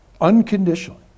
unconditionally